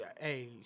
hey